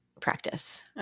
practice